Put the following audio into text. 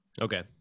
Okay